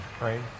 right